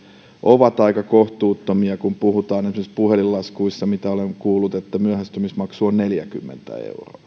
ovat aika kohtuuttomia kun puhutaan esimerkiksi puhelinlaskuista joista olen kuullut että myöhästymismaksu on neljäkymmentä euroa